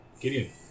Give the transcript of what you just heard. Gideon